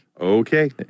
Okay